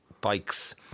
bikes